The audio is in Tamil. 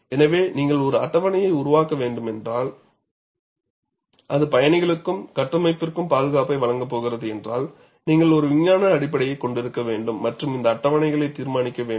எனவே நீங்கள் ஒரு அட்டவணையை உருவாக்க வேண்டுமானால் அது பயணிகளுக்கும் கட்டமைப்பிற்கும் பாதுகாப்பை வழங்கப் போகிறது என்றால் நீங்கள் ஒரு விஞ்ஞான அடிப்படையைக் கொண்டிருக்க வேண்டும் மற்றும் இந்த அட்டவணைகளை தீர்மானிக்க வேண்டும்